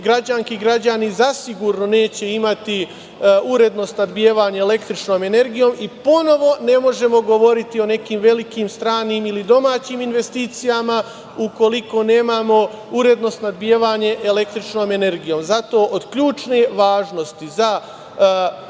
građanke i građani zasigurno neće imati uredno snabdevanje električnom energijom i ponovo ne možemo govoriti o nekim velikim stranim ili domaćim investicijama ukoliko nemamo uredno snabdevanje električnom energijom. Zato od ključne važnosti za